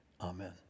Amen